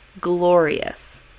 glorious